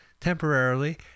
temporarily